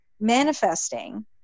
manifesting